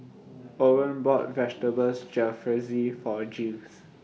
Orren bought Vegetables Jalfrezi For Jiles